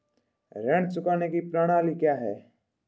ऋण चुकाने की प्रणाली क्या है?